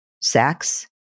sex